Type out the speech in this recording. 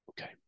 Okay